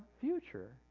future